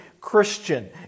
Christian